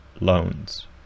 loans